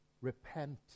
repent